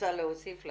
רוצה להוסיף לשאלה?